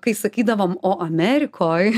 kai sakydavom o amerikoj